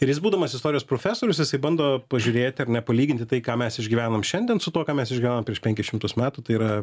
ir jis būdamas istorijos profesorius jisai bando pažiūrėti ar ne palyginti tai ką mes išgyvenom šiandien su tuo ką mes išgyvenom prieš penkis šimtus metų tai yra